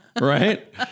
Right